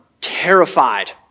terrified